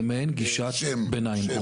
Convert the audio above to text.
זה מאין גישת ביניים.